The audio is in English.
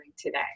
today